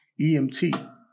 EMT